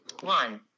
One